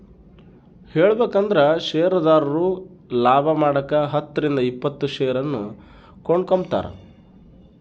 ಹೇಳಬೇಕಂದ್ರ ಷೇರುದಾರರು ಲಾಭಮಾಡಕ ಹತ್ತರಿಂದ ಇಪ್ಪತ್ತು ಷೇರನ್ನು ಕೊಂಡುಕೊಂಬ್ತಾರ